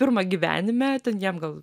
pirmą gyvenime ten jam gal